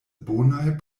bonaj